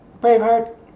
Braveheart